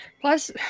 Plus